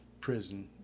prison